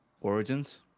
Origins